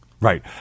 Right